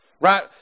Right